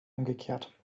umgekehrt